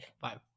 five